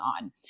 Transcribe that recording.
on